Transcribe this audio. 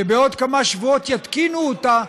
שבעוד כמה שבועות יתקינו אותה,